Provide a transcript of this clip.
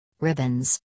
ribbons